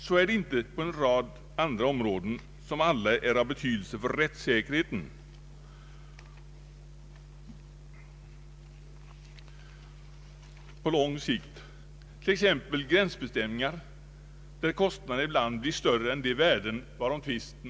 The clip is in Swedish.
Så är det inte på en mängd områden som alla är av betydelse för rättssäkerheten på lång sikt, t.ex. gränsbestämningar, där kostnaderna ibland blir större än de värden varom tvist råder.